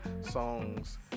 songs